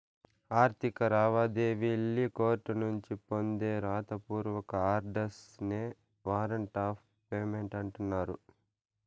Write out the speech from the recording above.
ఆర్థిక లావాదేవీల్లి కోర్టునుంచి పొందే రాత పూర్వక ఆర్డర్స్ నే వారంట్ ఆఫ్ పేమెంట్ అంటన్నారు